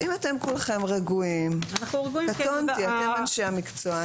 אם אתם כולכם רגועים קטונתי, אתם אנשי המקצוע.